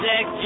Sex